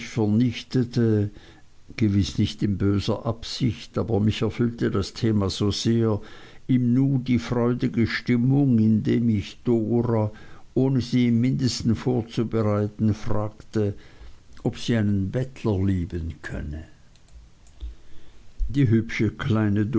vernichtete gewiß nicht in böser absicht aber mich erfüllte das thema so sehr im nu die freudige stimmung indem ich dora ohne sie im mindesten vorzubereiten fragte ob sie einen bettler lieben könnte die hübsche kleine